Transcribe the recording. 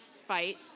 fight